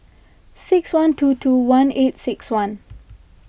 six one two two one eight six one